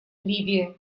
ливия